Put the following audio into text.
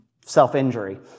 self-injury